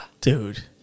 Dude